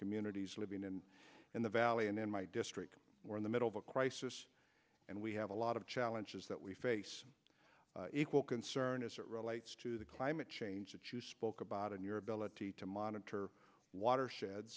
communities living in the valley and in my straight in the middle of a crisis and we have a lot of challenges that we face equal concern as it relates to the climate change that you spoke about in your ability to monitor watershed